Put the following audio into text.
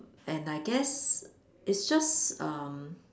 and I guess it's just um